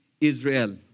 Israel